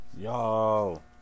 Yo